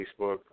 Facebook